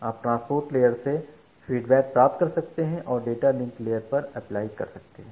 आप ट्रांसपोर्ट लेयरसे फीडबैक प्राप्त कर सकते हैं और डेटा लिंक लेयरपर अप्लाई कर सकते हैं